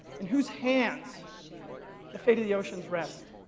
in whose hands the fate of the oceans rest.